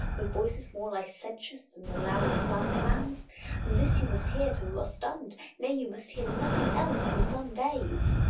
with voices more licentious than the loud flounder-man's. and this you must hear till you are stunned nay, you must hear nothing else for some days.